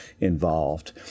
involved